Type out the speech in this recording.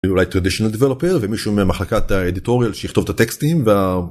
ומישהו ממחלקת האדיטוריאל שיכתוב את הטקסטים וה...